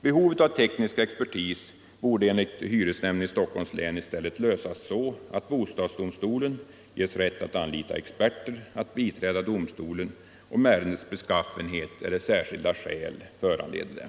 Behovet av teknisk expertis borde enligt hyresnämnden i Stockholms län i stället lösas så att bostadsdomstolen ges rätt att anlita experter som skall biträda domstolen om ärendets beskaffenhet eller särskilda skäl föranleder det.